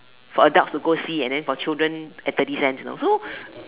for adults to go see and then for children at thirty cents you know so